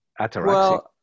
Ataraxic